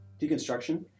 deconstruction